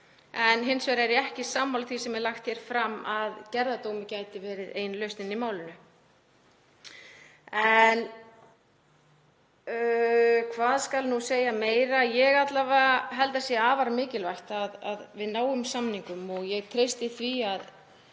en hins vegar er ég ekki sammála því sem er lagt hér fram, að gerðardómur gæti verið ein lausnin í málinu. Hvað skal segja meira? Ég held alla vega að það sé afar mikilvægt að við náum samningum og ég treysti því að